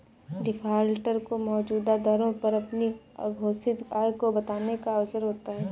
defaulter को मौजूदा दरों पर अपनी अघोषित आय को बताने का अवसर होता है